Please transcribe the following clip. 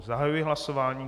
Zahajuji hlasování.